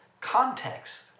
context